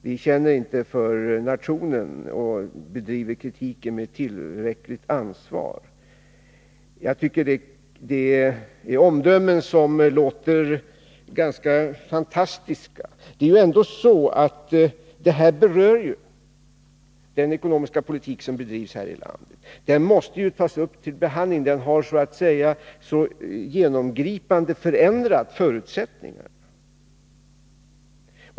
Vi känner inte för nationen och bedriver inte kritiken med tillräckligt ansvar. Jag tycker att det är omdömen som låter ganska fantastiska. Den ekonomiska politik som bedrivs här i landet måste tas upp 51 till behandling. Förutsättningarna har så genomgripande förändrats.